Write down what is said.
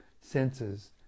senses